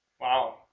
Wow